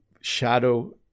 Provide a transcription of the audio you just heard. shadow